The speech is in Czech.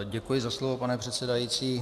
Děkuji za slovo, pane předsedající.